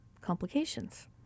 complications